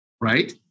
right